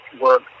work